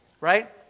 right